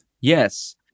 Yes